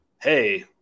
Hey